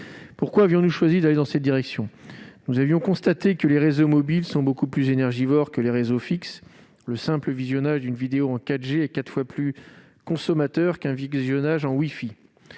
Pourquoi avions-nous choisi d'aller dans cette direction ? Nous avions constaté que les réseaux mobiles sont beaucoup plus énergivores que les réseaux fixes : le simple visionnage d'une vidéo en 4G est quatre fois plus consommateur qu'un visionnage en wifi